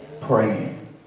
praying